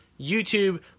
YouTube